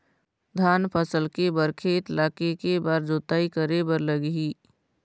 धान फसल के बर खेत ला के के बार जोताई करे बर लगही?